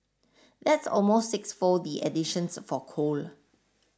that's almost sixfold the additions for coal